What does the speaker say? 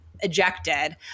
ejected